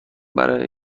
برای